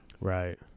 Right